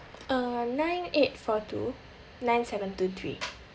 uh nine eight four two nine seven two three